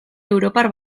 europar